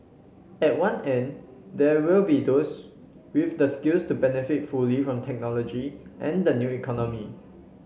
at one end there will be those with the skills to benefit fully from technology and the new economy